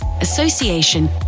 association